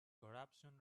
corruption